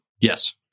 Yes